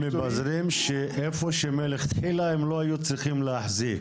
מבזרים שאיפה מלכתחילה הם לא היו צריכים להחזיק.